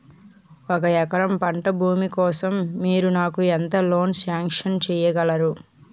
ఒక ఎకరం పంట భూమి కోసం మీరు నాకు ఎంత లోన్ సాంక్షన్ చేయగలరు?